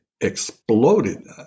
exploded